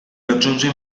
raggiunge